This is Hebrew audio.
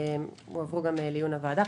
הן הועברו גם לעיון הוועדה.